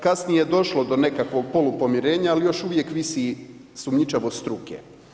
Kasnije je došlo do nekakvog polupomirenja, ali još uvijek visi sumnjičavost struke.